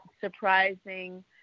surprising